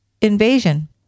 invasion